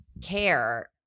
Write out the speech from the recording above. care